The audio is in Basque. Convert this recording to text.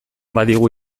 badigu